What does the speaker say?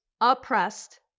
oppressed